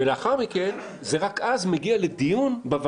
לאחר מכן, רק אז זה מגיע לוועדה לדיון.